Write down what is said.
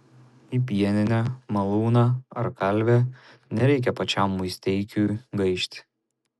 į pieninę malūną ar kalvę nereikia pačiam musteikiui gaišti